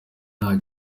nta